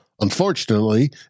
Unfortunately